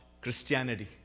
Christianity